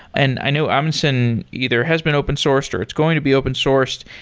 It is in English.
and i know amundsen either has been open sourced or it's going to be open sourced.